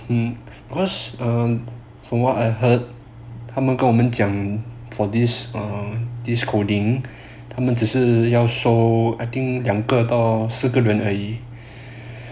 um cause um from what I heard 他们跟我们讲 for this um this coding 他们只是要收 I think 两个到四个人而已